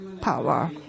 power